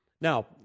Now